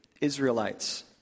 Israelites